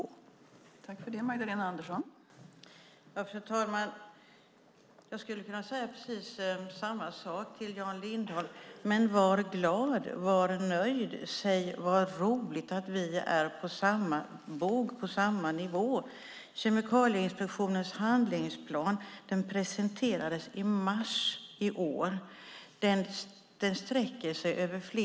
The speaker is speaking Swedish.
Det är konstigt.